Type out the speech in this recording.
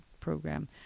program